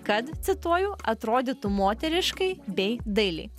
kad cituoju atrodytų moteriškai bei dailiai